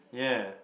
yeah